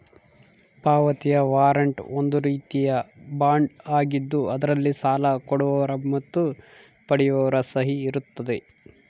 ಪಾವತಿಯ ವಾರಂಟ್ ಒಂದು ರೀತಿಯ ಬಾಂಡ್ ಆಗಿದ್ದು ಅದರಲ್ಲಿ ಸಾಲ ಕೊಡುವವರ ಮತ್ತು ಪಡೆಯುವವರ ಸಹಿ ಇರುತ್ತದೆ